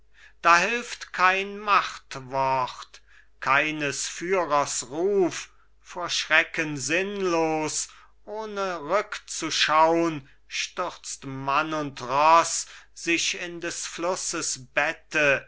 da hilft kein machtwort keines führers ruf vor schrecken sinnlos ohne rückzuschaun stürzt mann und roß sich in des flusses bette